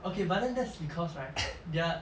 okay but then that's because right their